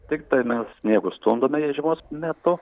tiktai mes sniegus stumdome žiemos metu